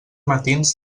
matins